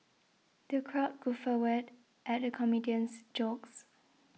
the crowd guffawed at the comedian's jokes